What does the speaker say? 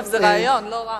זה רעיון לא רע.